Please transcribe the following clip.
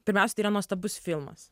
pirmiausia tai yra nuostabus filmas